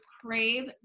crave